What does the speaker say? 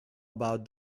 about